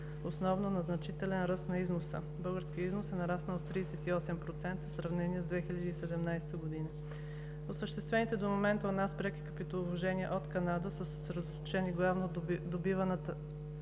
основно на значителен ръст на износа. Българският износ е нараснал с 38% в сравнение с 2017 г. До момента осъществените у нас преки капиталовложения от Канада са съсредоточени главно в добиваната